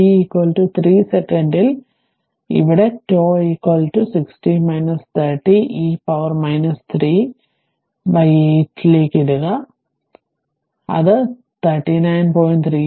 അതിനാൽ t 3 സെക്കൻഡിൽ ഇവിടെ t 60 30 ഇ 3 ലേക്ക് 8 ൽ ഇടുക അതിനാൽ 39